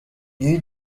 iyo